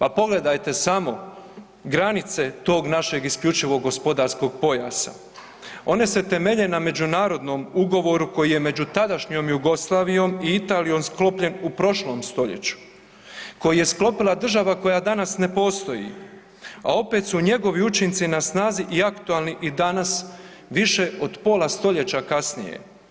A pogledajte samo granice tog našeg IGP-a, one se temelje na međunarodnom ugovoru koji je među tadašnjom Jugoslavijom i Italijom sklopljen u prošlom stoljeću koji je sklopila država koja danas ne postoji, a opet su njegovi učinci na snazi i aktualni i danas više od pola stoljeća kasnije.